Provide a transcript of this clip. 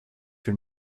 your